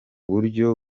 buryo